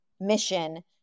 mission